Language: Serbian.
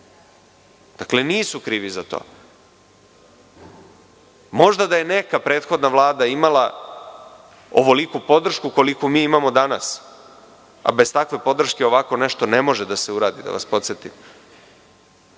za to. Nisu krivi za to. Možda da je neka prethodna vlada imala ovoliku podršku koliku mi imamo danas, a bez takve podrške ovako nešto ne može da se uradi, da vas podsetim,